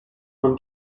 from